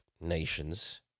nations